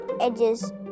edges